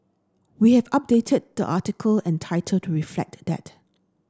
we have updated the article and title to reflect that